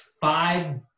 five